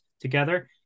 together